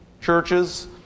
churches